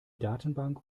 datenbank